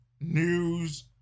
news